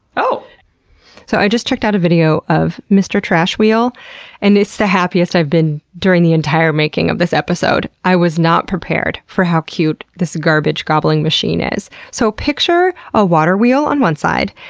so i just checked out a video of mister trash wheel and it's the happiest i've been during the entire making of this episode. i was not prepared for how cute this garbage gobbling machine is. so picture a water wheel on one side,